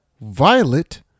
Violet